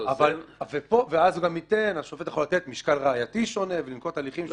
ופה השופט יכול לתת משקל ראייתי שונה ולנקוט הליכים שונים.